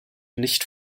nicht